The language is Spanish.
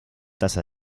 tasa